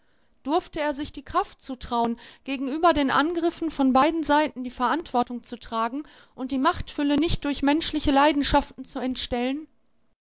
durfte er sich die kraft zutrauen gegenüber den angriffen von beiden seiten die verantwortung zu tragen und die machtfülle nicht durch menschliche leidenschaften zu entstellen